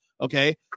Okay